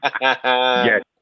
Yes